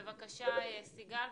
בבקשה, סיגל.